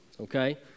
okay